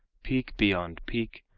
peak beyond peak,